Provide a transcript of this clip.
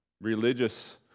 religious